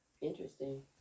Interesting